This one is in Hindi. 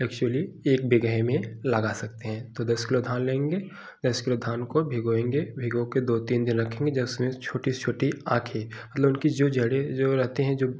एक्चुअली एक बीघे में लगा सकते हैं तो दस किलो धान लेंगे दस किलो धान को भिगोएँगे भिगो के दो तीन दिन रखेंगे जब उसमें छोटी छोटी आँखें मतलब उनकी जो जड़ें रहती हैं जो